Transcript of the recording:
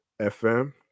FM